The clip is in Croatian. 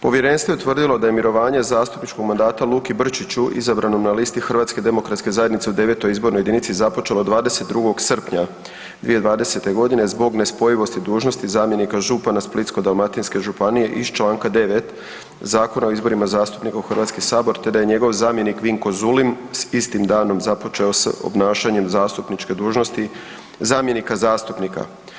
Povjerenstvo je utvrdilo da je mirovanje zastupničkog mandata Luki Brčiću, izabranom na listi HDZ-a u 9. izbornoj jedinici započelo 22. srpnja 2020. g. zbog nespojivosti dužnosti zamjenika župana Splitsko-dalmatinske županije iz čl. 9 Zakona o izborima zastupnika u HS te da je njegov zamjenik Vinko Zulim s istim danom započeo s obnašanjem zastupničke dužnosti zamjenika zastupnika.